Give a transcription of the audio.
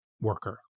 worker